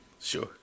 Sure